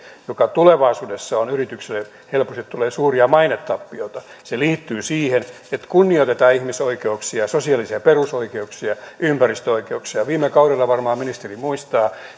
tulevaisuudessa yrityksille tulee helposti suuria mainetappioita se liittyy siihen että kunnioitetaan ihmisoikeuksia sosiaalisia perusoikeuksia ympäristöoikeuksia viime kaudella varmaan ministeri muistaa me